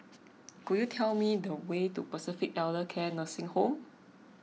could you tell me the way to Pacific Elder Care Nursing Home